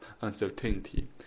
uncertainty